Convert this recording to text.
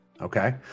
Okay